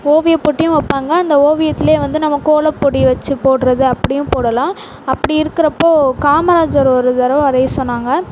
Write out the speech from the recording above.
ஓவியப்போட்டியும் வைப்பாங்க அந்த ஓவியத்துலையும் வந்து நம்ம கோலப்பொடி வச்சு போட்றது அப்படியும் போடலாம் அப்படி இருக்கிறப்போ காமராஜர் ஒரு தடவை வரைய சொன்னாங்க